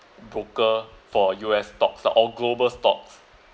broker for U_S stocks ah or global stocks